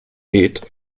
dit